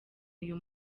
uyu